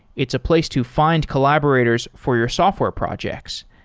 it's a place to find collaborators for your software projects.